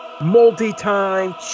Multi-time